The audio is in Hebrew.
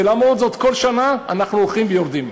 ולמרות זאת כל שנה הולכים ויורדים.